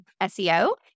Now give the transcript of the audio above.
SEO